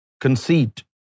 conceit